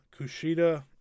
Kushida